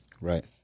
Right